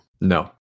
No